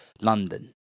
London